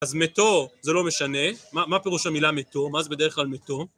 אז מתו זה לא משנה, מה פירוש המילה מתו? מה זה בדרך כלל מתו?